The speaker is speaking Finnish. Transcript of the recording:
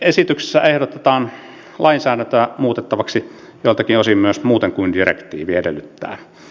esityksessä ehdotetaan lainsäädäntöä muutettavaksi joiltakin osin myös muuten kuin direktiivi edellyttää